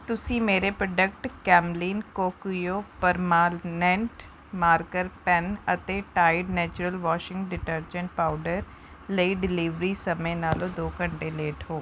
ਤੁਸੀਂ ਮੇਰੇ product Camlin Kokuyo permanent marker pen ਅਤੇ Tide natural washing detergent powder ਲਈ ਡਿਲੀਵਰੀ ਸਮੇਂ ਨਾਲੋਂ ਦੋ ਘੰਟੇ ਲੇਟ ਹੋ